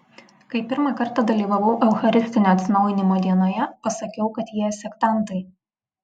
kai pirmą kartą dalyvavau eucharistinio atsinaujinimo dienoje pasakiau kad jie sektantai